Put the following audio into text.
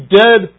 dead